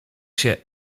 się